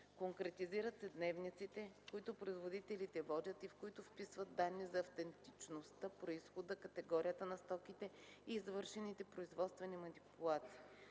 Конкретизират се дневниците, които производителите водят и в които вписват данни за автентичността, произхода, категорията на стоките и извършените производствени манипулации.